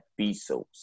Bezos